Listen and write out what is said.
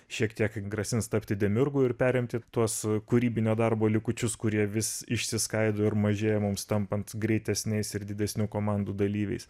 šiek tiek grasins tapti demiurgu ir perimti tuos kūrybinio darbo likučius kurie vis išsiskaido ir mažėja mums tampant greitesniais ir didesnių komandų dalyviais